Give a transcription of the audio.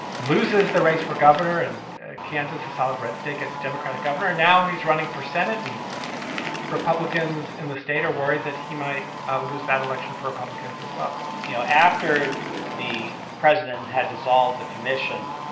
loses the race for governor and kansas, a solid red state gets a democratic governor now he's running for senate, and republicans in the state are worried that he might lose that election for republicans as well you know, after the president had dissolved the commission,